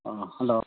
ꯑꯥ hello